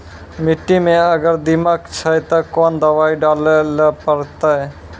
मिट्टी मे अगर दीमक छै ते कोंन दवाई डाले ले परतय?